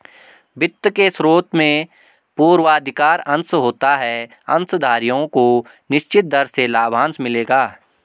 वित्त के स्रोत में पूर्वाधिकार अंश होता है अंशधारियों को निश्चित दर से लाभांश मिलेगा